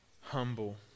humble